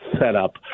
setup